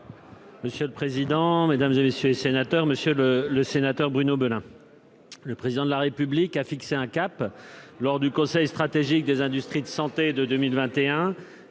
Monsieur le président, Mesdames et messieurs les sénateurs, Monsieur le, le sénateur Bruno Belin, le président de la République a fixé un cap lors du Conseil stratégique des industries de santé de 2021